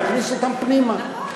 תכניסי אותם פנימה.